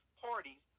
parties